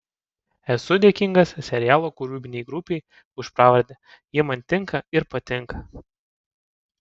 esu dėkingas serialo kūrybinei grupei už pravardę ji man tinka ir patinka